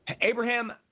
Abraham